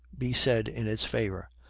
be said in its favor.